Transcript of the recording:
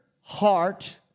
heart